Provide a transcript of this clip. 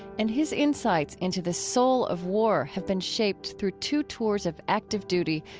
and his insights into the soul of war have been shaped through two tours of active duty,